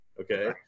okay